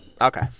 Okay